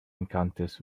encounters